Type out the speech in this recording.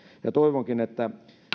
toivonkin että